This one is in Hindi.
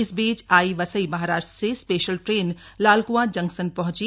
इस बीच आज वसई महाराष्ट्र से स्पेशल ट्रेन लालक्आं जंक्शन पहंची